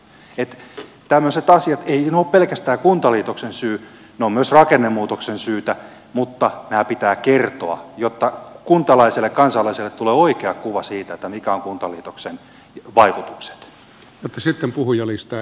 tämmöiset asiat eivät ole pelkästään kuntaliitoksen syy ne ovat myös rakennemuutoksen syytä mutta nämä pitää kertoa jotta kuntalaiselle ja kansalaiselle tulee oikea kuva siitä mitkä ovat kuntaliitoksen vaikutukset